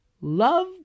Love